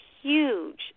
huge